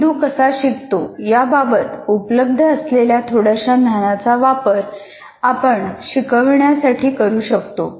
मेंदू कसा शिकतो याबाबत उपलब्ध असलेल्या थोड्याश्या ज्ञानाचा वापर आपण शिकवण्यासाठी करू शकतो